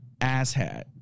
asshat